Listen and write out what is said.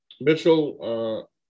Mitchell